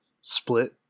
split